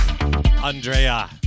Andrea